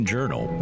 Journal